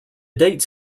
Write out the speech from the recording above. dates